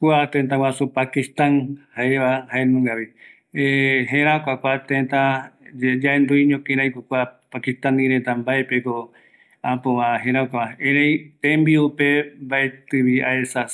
Kua tëtäguasu jaenungavi, yaikuako paksitani reta jëräkuäva, ëreï jaereta jembiure mbaetɨ aikuaete, jae vaera mbae tembiuko jae ikavi, jare